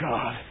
God